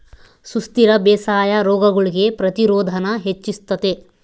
ಸುಸ್ಥಿರ ಬೇಸಾಯಾ ರೋಗಗುಳ್ಗೆ ಪ್ರತಿರೋಧಾನ ಹೆಚ್ಚಿಸ್ತತೆ